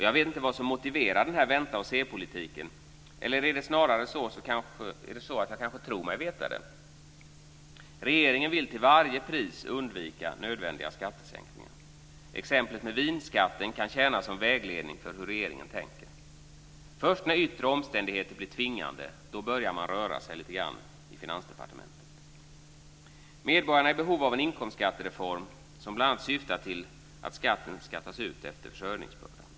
Jag vet inte vad som motiverar denna vänta-och-se-politik - eller snarare är det kanske så att jag tror mig veta det. Regeringen vill till varje pris undvika nödvändiga skattesänkningar. Exemplet med vinskatten kan tjäna som vägledning för hur regeringen tänker. Först när yttre omständigheter blir tvingande börjar man röra sig lite grann i Finansdepartementet. Medborgarna är i behov av en inkomstskattereform som bl.a. syftar till att skatten ska tas ut efter försörjningsbörda.